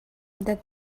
that